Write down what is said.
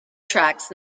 tracks